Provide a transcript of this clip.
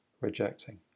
rejecting